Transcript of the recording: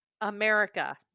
America